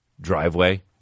driveway